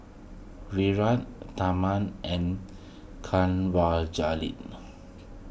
Virat Tharman and Kanwaljit